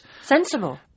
Sensible